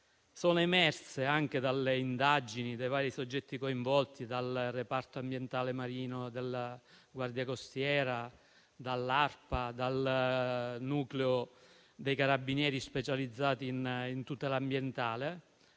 anche a seguito delle indagini dei vari soggetti coinvolti, dal reparto ambientale marino della Guardia costiera, dall'ARPA, dal nucleo dei carabinieri specializzati in tutela ambientale,